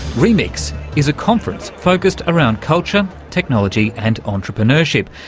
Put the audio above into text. remix is a conference focussed around culture, technology and entrepreneurship.